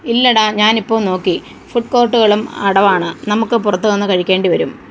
ഇല്ലെടാ ഞാൻ ഇപ്പോൾ നോക്കി ഫുഡ് കോർട്ടുകളും അടവാണ് നമുക്ക് പുറത്ത് നിന്ന് കഴിക്കേണ്ടി വരും